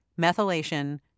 methylation